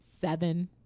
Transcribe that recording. seven